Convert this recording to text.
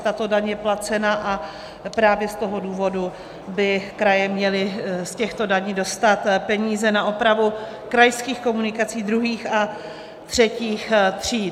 Tato daň je placena a právě z toho důvodu by kraje měly z těchto daní dostat peníze na opravu krajských komunikací druhých a třetích tříd.